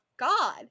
god